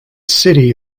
city